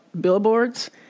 billboards